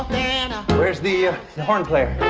and where's the ah the horn player?